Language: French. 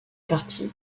parties